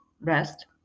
rest